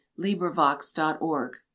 LibriVox.org